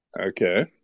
Okay